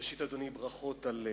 ראשית, אדוני, ברכות על תפקידך.